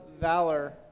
valor